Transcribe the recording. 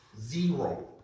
Zero